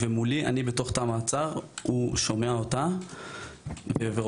אני הייתי בתא המעצר והוא שומע אותה ורושם